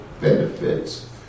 benefits